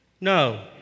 No